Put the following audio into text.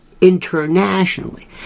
internationally